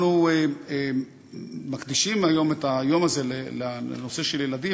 אנחנו מקדישים את היום הזה לנושא של ילדים,